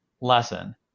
lesson